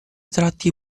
tratti